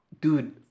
Dude